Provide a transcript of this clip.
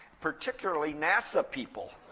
particularly nasa people.